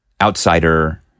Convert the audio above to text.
outsider